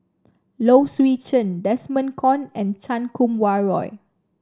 Low Swee Chen Desmond Kon and Chan Kum Wah Roy